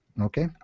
okay